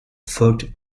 folgt